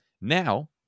Now